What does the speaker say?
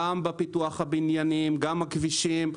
גם בפיתוח הבניינים, גם הכבישים.